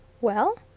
Well